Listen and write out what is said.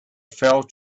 fell